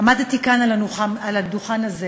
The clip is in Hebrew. עמדתי כאן על הדוכן הזה